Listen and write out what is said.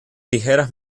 ligeras